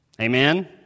Amen